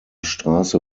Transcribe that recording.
straße